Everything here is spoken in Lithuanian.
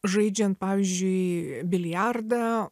žaidžiant pavyzdžiui biliardą